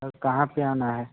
sir कहाँ पर आना है